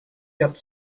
get